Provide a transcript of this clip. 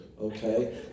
okay